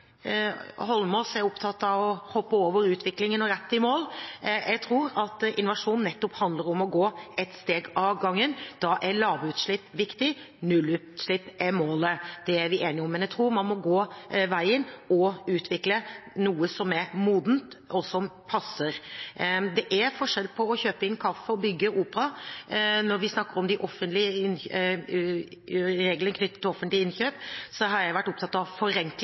Holmås er opptatt av å hoppe over utviklingen og rett i mål. Jeg tror at innovasjon nettopp handler om å gå ett steg av gangen. Da er lavutslipp viktig. Nullutslipp er målet, det er vi enige om, men jeg tror man må gå veien og utvikle noe som er modent, og som passer. Det er forskjell på å kjøpe inn kaffe og å bygge opera. Når vi snakker om reglene knyttet til offentlige innkjøp, har jeg vært opptatt av